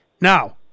now